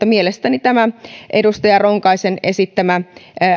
mielestäni tämä edustaja ronkaisen esittämä